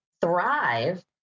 thrive